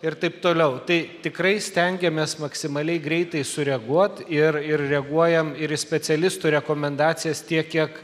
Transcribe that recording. ir taip toliau tai tikrai stengiamės maksimaliai greitai sureaguot ir ir reaguojam ir į specialistų rekomendacijas tiek kiek